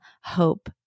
hope